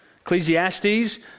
Ecclesiastes